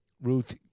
Ruth